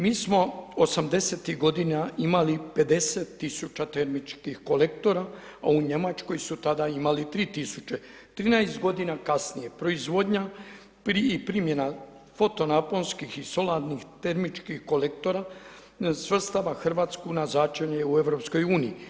Mi smo '80. g. imali 50 tisuća termičkih kolektora, a u Njemačkoj su tada imali 3000. 13 g. kasnije, proizvodnja i primjena fotonaposnkih i solarnih termičkih kolektora, svrstava Hrvatsku na začelje u EU.